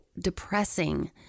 depressing